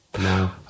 now